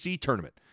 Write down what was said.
tournament